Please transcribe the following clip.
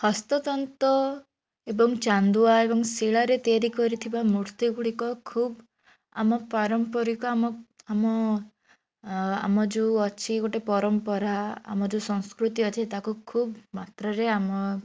ହସ୍ତତନ୍ତ ଏବଂ ଚାନ୍ଦୁଆ ଏବଂ ଶିଳାରେ ତିଆରି କରିଥିବା ମୂର୍ତ୍ତି ଗୁଡ଼ିକ ଖୁବ୍ ଆମ ପାରମ୍ପରିକ ଆମ ଆମ ଆମ ଯୋଉ ଅଛି ଗୋଟେ ପରମ୍ପରା ଆମର ଯୋଉ ସଂସ୍କୃତି ଅଛି ତାକୁ ଖୁବ୍ ମାତ୍ରାରେ ଆମ